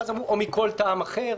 ואז אמרו: או מכל טעם אחר.